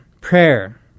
prayer